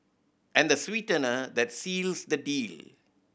and the sweetener that seals the deal